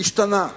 השתנה.